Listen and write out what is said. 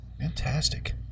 Fantastic